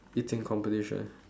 eating competition